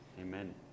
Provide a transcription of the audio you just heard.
Amen